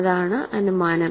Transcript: ഇതാണ് അനുമാനം